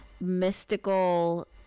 mystical